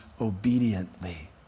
obediently